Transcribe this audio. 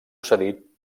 cedit